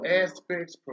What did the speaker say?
aspects